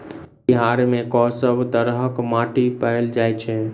बिहार मे कऽ सब तरहक माटि पैल जाय छै?